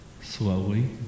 Slowly